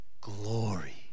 glory